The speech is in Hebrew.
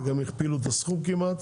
וגם הכפילו את הסכום כמעט,